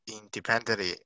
independently